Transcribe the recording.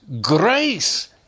grace